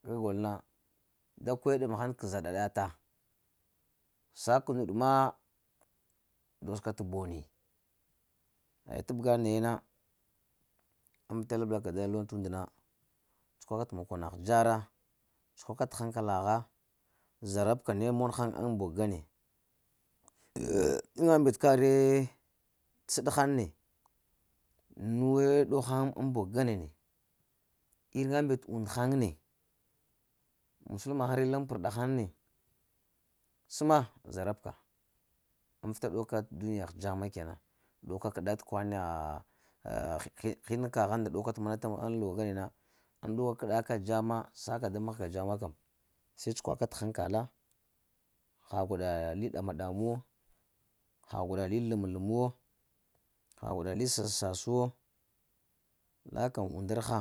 Ka gol na da kweɗəm ghaŋ k’ zaɗa-ɗa-ta, sa k’ nuɗ ma, dos ka t' boni, eh tabga naye na amvita lablaka daŋ luwa t’ und na cuka ka t’ makonagh dzaraa, tsukwa ka t’ hankala gha, zarabka ne mon haŋ ŋ bogo ŋgane iriŋa mbet kariye t’ səɗ haŋ ne, nuwe dow haŋ ŋ bog ŋgana ne, iriŋa mbet und haŋ ne, iriŋa mbet und haŋ ne, masalma haŋ re laŋ prəɗa ghaŋ ne, səma zarab ka ŋ vita ɗow ka t’ duniyagh dzama ke nan, ke nan, ɗow ka t’ kəɗaa kwana hini kagh dow ka t’ mon ŋ luwa ŋgana na ŋ nogh kəɗa ka dzama sasaka da mahga dzama kam, se tsukwa ka t’ hankala, ha gwaɗa li ɗama-ɗam wo ha gwaɗa li ləm-ləm wo, ha gwaɗa li sassas-wo, laka undar rgha,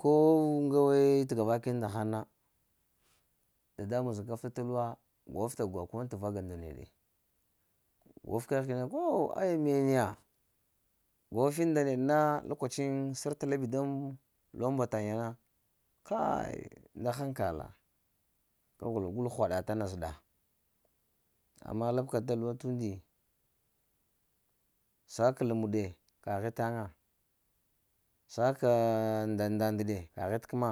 ko ŋgawa t'gava kəni ndahaŋ na, dadamuŋ zəgafta tulwa, gwaf-ta-gwa ko in təva ga nda ne ɗe, gwaf kəgh kəni na kow aya mene ya. Gwa vaf yiŋ nda neɗe na lokaciya lokaci səret labi daŋ luwan mbataŋ yana, kai nda hankala, ka gəl gul ghwa ɗata na zəɗa, ama labka daŋ luwa t'und sa k'ləm ɗe, kaghe taŋa, sa kaaa ndaŋ-ndaŋ ɗe kaghe tə kəma